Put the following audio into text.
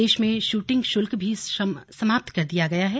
प्रदेश में शूटिंग शुल्क भी समाप्त कर दिया गया है